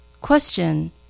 Question